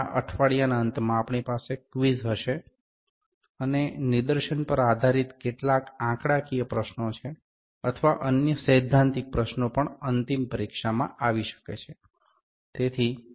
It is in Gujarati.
અને આ અઠવાડિયાના અંતમાં આપણી પાસે ક્વિઝ હશે અને નિદર્શન પર આધારિત કેટલાક આંકડાકીય પ્રશ્નો છે અથવા અન્ય સૈદ્ધાંતિક પ્રશ્નો પણ અંતિમ પરીક્ષા માં પણ આવી શકે છે તેથી